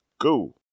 Go